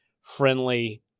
friendly